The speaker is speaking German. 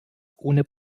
ohne